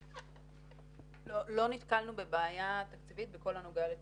לא נתקלנו בבעיה תקציבית בכל הנוגע לתיגבורים.